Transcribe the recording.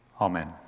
Amen